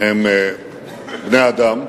הם בני-אדם,